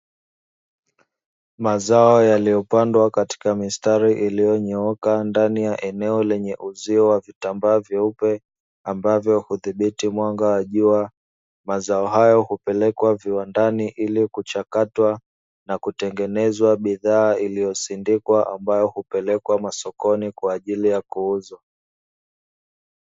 Mazao yaliyopandwa katika mistari iliyonyooka ndani ya eneo lenye uzio wa vitambaa vyeupe ambavyo hudhibiti mwanga wa jua. Mazao hayo kupelekwa viwandani ili kuchakatwa na kutengeneza bidhaa iliyosindikwa ambayo hupelekwa masokoni kwa ajili ya kuuzwa.